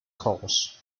cause